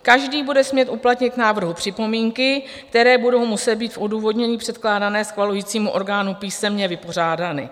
Každý bude smět uplatnit k návrhu připomínky, které budou muset být v odůvodnění předkládaném schvalujícímu orgánu písemně vypořádány.